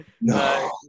No